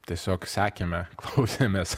tiesiog sekėme klausėmės